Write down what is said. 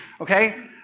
okay